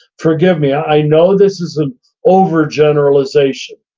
forgive me, i know this is an overgeneralization,